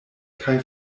kaj